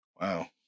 Wow